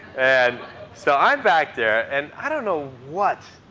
and so i'm back there and i don't know what